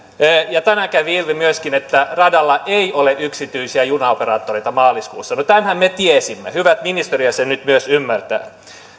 tänään kävi ilmi myöskin että radalla ei ole yksityisiä junaoperaattoreita maaliskuussa no tämänhän me tiesimme hyvä että ministeri sen nyt myös ymmärtää